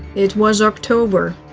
it was october.